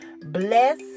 Bless